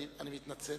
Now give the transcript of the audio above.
אני מתנצל.